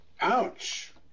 Ouch